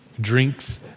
drinks